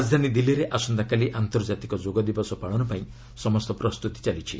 ରାଜଧାନୀ ଦିଲ୍କୀରେ ଆସନ୍ତାକାଲି ଆନ୍ତର୍ଜାତିକ ଯୋଗଦେବ ପାଳନ ପାଇଁ ସମସ୍ତ ପ୍ରସ୍ତୁତି ଚାଲିଛି